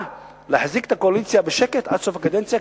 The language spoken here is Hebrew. להחזיק את הקואליציה בשקט עד סוף הקדנציה,